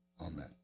Amen